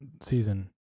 season